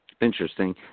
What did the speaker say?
Interesting